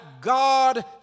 God